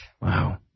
Wow